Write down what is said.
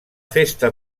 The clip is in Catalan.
festa